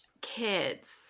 kids